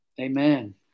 Amen